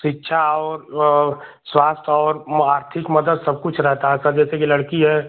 शिक्षा और स्वास्थ्य और आर्थिक मदद सबकुछ रहता है सर जैसे कि लड़की है